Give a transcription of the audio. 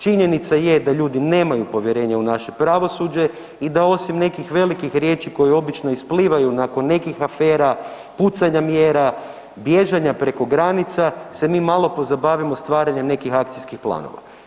Činjenica je da ljudi nemaju povjerenja u naše pravosuđe i da osim nekih velikih riječi koje obično isplivaju nakon nekih afera, pucanja mjera, bježanja preko granica se mi malo pozabavimo stvaranjem nekakvih akcijskih planova.